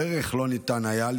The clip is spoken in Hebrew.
בערך לא ניתן היה,